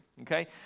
Okay